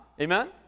Amen